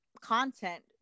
content